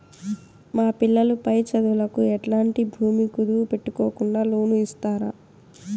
మా పిల్లలు పై చదువులకు ఎట్లాంటి భూమి కుదువు పెట్టుకోకుండా లోను ఇస్తారా